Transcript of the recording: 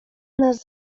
nas